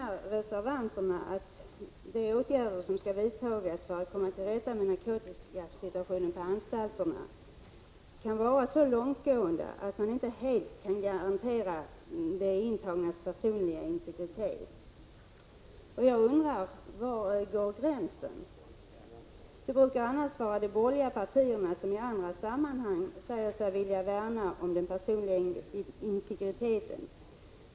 Reservanterna menar att de åtgärder som skall vidtas för att komma till rätta med narkotikasituationen på anstalterna skall vara så långtgående att man inte helt kan garantera de intagnas personliga integritet. Jag undrar då: Var går gränsen? I andra sammanhang brukar ju de borgerliga partierna säga sig vilja värna om den personliga integriteten.